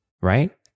Right